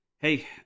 hey